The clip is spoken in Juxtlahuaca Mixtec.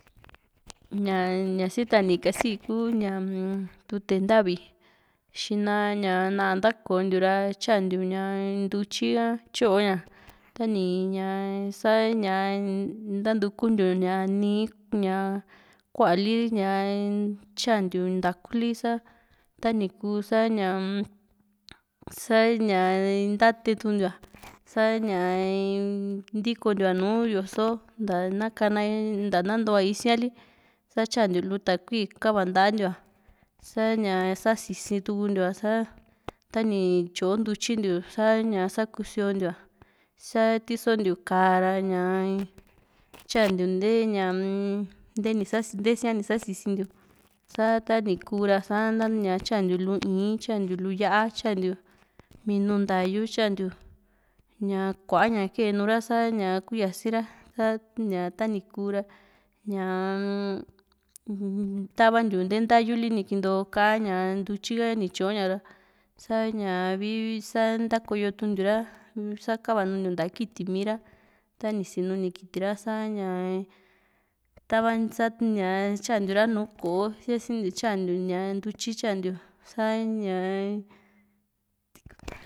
ña siatni kasi kuu ñaa-m tute ntavi xina ñaa na´a ntakontiura tyantiu ntutyi a tyo´ña tani ña sa´ñaa ni ntatukuntiu nii ña ku´a li ña tyantiu ntaa´kuli sa tani kuu sa ñaa-m sa ñaa ntatentiu sa´ña ntikontiu ña nùù yoso nta na kana nta na ntua isiali sa tyantiu lu takui kava nta´a ntiua sa´ña sa si´situndiua ra sa tani tyoo ntutyintiu sa´ña sa kusio ntiu´a sa tisontiu ka´ra sa´ña tyantiu ntee ñaa-m nte ni sa ntesia ni sasintiu sa tani kuura sa tyantiu lu ii´n tynatiu lu yá´a tyantiu minu ntayu tyantiu ña kua ña kee nùù ra sa´ña kuu yasira sa tanu kuu ra ñaa-m ntavantiu nte ntayuli nikonto ka´a ña ntutyika ni tyooña ra sa´ña vii vii sa ntakoyotu ntiura sa kava nuntiu nta kitimi ra tani sinu ni kiti ra sa´ña tava sa tyantiura nùù ko´o sia´si ntiu tyantiu ntutyi tyantiu sa´ña.